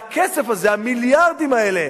והכסף הזה, המיליארדים האלה